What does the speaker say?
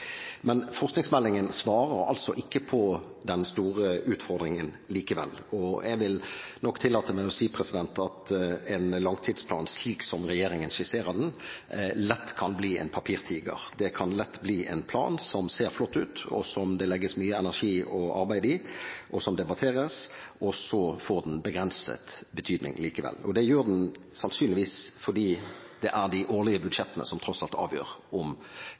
Men forskningsmeldingen svarer likevel ikke på den store utfordringen, og jeg vil nok tillate meg å si at en langtidsplan, slik som regjeringen skisserer den, lett kan bli en papirtiger. Det kan lett bli en plan som ser flott ut, som det legges mye energi og arbeid i, og som debatteres, og så får den begrenset betydning likevel. Det gjør den sannsynligvis fordi det er de årlige budsjettene som tross alt avgjør om